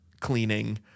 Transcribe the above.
cleaning